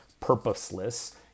purposeless